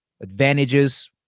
Advantages